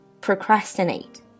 procrastinate